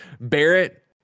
Barrett